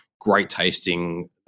great-tasting